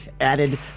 added